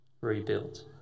rebuilt